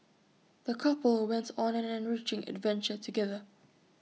the couple went on an enriching adventure together